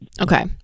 Okay